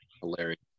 hilarious